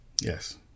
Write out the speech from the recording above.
yes